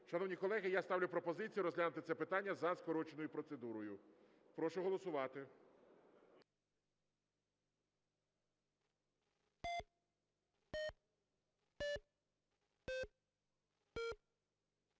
Шановні колеги, я ставлю пропозицію розглянути це питання за скороченою процедурою. Прошу голосувати.